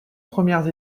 premières